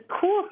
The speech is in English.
cool